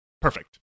Perfect